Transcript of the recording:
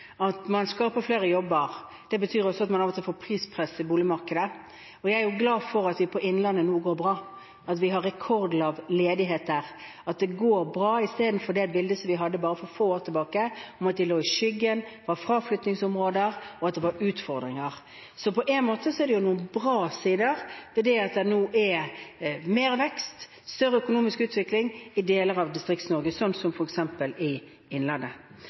man skaper flere jobber, er at man av og til får prispress i boligmarkedet. Jeg er glad for at det i Innlandet nå går bra, at vi har rekordlav ledighet der, istedenfor det bildet som vi hadde bare for få år tilbake, at de lå i skyggen, det var fraflyttingsområder, og at det var utfordringer. Så på en måte er det noen bra sider, fordi det nå er mer vekst og større økonomisk utvikling i deler av Distrikts-Norge, sånn som f.eks. i